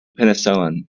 penicillin